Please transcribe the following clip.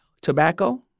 tobacco